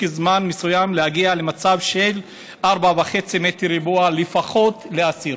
זמן מסוים למצב של 4.5 מטר רבוע לפחות לאסיר,